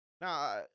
Now